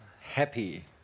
happy